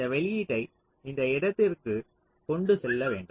இந்த வெளியீட்டை இந்த இடத்திற்கு கொண்டு செல்ல வேண்டும்